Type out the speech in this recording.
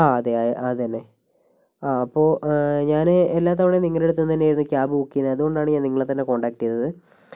ആ അതേ അത് തന്നേ ആ അപ്പോൾ ഞാൻ എല്ലാ തവണയും നിങ്ങളുടെ അടുത്തു തന്നെയായിരുന്നു ക്യാബ് ബുക്ക് ചെയ്യുന്നത് അതുകൊണ്ടാണ് ഞാൻ നിങ്ങളെ തന്നേ കോൺടാക്ട് ചെയ്തത്